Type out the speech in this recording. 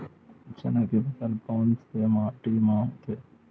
चना के फसल कोन से माटी मा होथे?